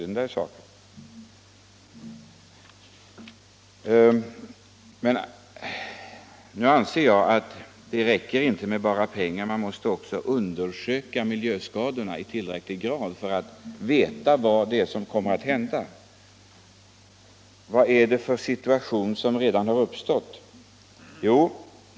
Enligt min mening räcker det inte med bara pengar — man måste också undersöka vilka miljöskador som kommer att inträffa.